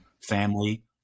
family